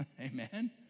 Amen